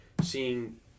seeing